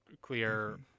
clear